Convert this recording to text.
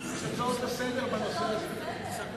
יש הצעות לסדר-היום בנושא הזה.